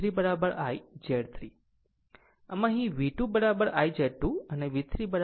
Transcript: આમ અહીં V2 I Z2 અને V3 I Z 3